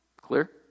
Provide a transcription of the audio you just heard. Clear